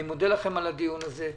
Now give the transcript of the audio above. אני מודה לכם על הדיון הזה.